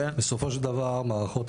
איך קוראים לך?